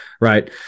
right